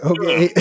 Okay